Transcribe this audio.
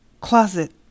closet